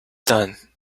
done